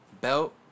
belt